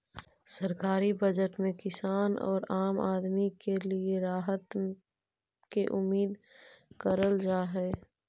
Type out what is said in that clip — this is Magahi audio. सरकारी बजट में किसान औउर आम आदमी के लिए राहत के उम्मीद करल जा हई